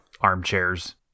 armchairs